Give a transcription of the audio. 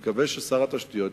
אני מקווה ששר התשתיות